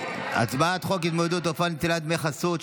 הצעת חוק התמודדות עם תופעת נטילת דמי חסות,